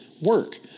work